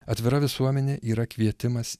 atvira visuomenė yra kvietimas